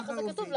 ככה זה כתוב,